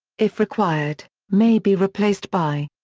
if required, may be replaced by.